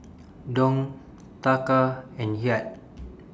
Dong Taka and Kyat